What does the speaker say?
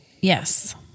yes